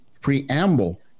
preamble